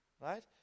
right